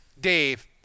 Dave